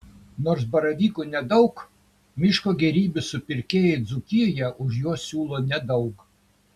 nors baravykų nedaug miško gėrybių supirkėjai dzūkijoje už juos siūlo nedaug